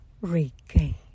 regain